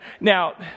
Now